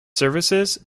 services